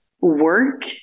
work